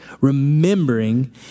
remembering